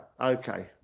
Okay